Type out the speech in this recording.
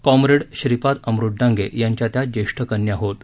काँप्रेड श्रीपाद अमृत डांगे यांच्या त्या ज्येष्ठ कन्या होतं